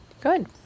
Good